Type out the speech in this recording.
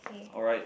alright